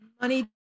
Money